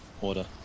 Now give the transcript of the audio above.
order